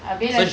abeh like